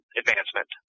advancement